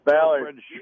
Ballard